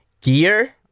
gear